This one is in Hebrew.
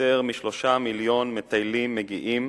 יותר מ-3 מיליוני מטיילים מגיעים